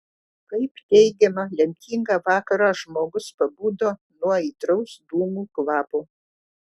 kaip teigiama lemtingą vakarą žmogus pabudo nuo aitraus dūmų kvapo